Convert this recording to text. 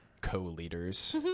co-leaders